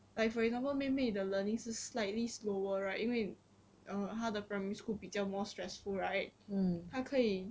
like for example maybe 妹妹的 learning 是 slightly slower right 因为 err 他的 primary school 比较 more stressful right 他可以